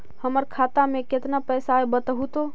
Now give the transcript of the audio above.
हमर खाता में केतना पैसा है बतहू तो?